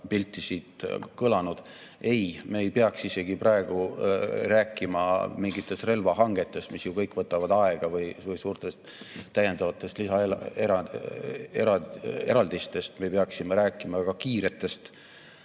pilti siin kõlanud. Ei, me isegi ei peaks praegu rääkima mingitest relvahangetest, mis ju kõik võtavad aega, ega suurtest täiendavatest lisaeraldistest. Me peaksime rääkima kiirest